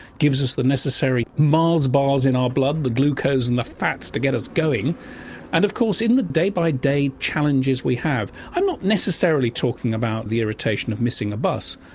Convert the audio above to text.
gives us the necessary mars bars in our blood, the glucose and the fats to get us going and of course in the day by day challenges we have. i'm not necessarily talking about the irritation of missing a bus,